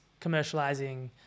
commercializing